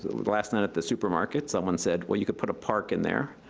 last night at the supermarket, someone said well, you could put a park in there.